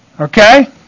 Okay